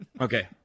okay